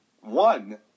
one